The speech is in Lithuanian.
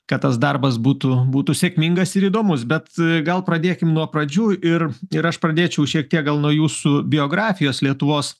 kad tas darbas būtų būtų sėkmingas ir įdomus bet gal pradėkim nuo pradžių ir ir aš pradėčiau šiek tiek gal nuo jūsų biografijos lietuvos